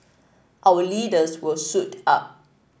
our leaders will suit up